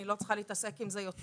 אני לא צריכה להתעסק עם זה יותר,